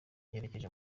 yerekeje